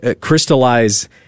Crystallize